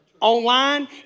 Online